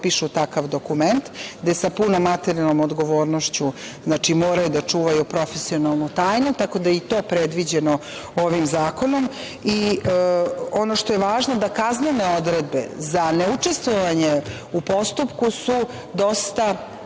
potpišu takav dokument, gde sa punom materijalnom odgovornošću moraju da čuvaju profesionalnu tajnu, tako da je i to predviđeno ovim zakonom. Ono što je važno, to je da kaznene odredbe za neučestvovanje u postupku su dosta